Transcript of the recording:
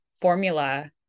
formula